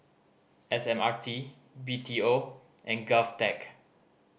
S M R T B T O and GovTech